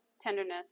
tenderness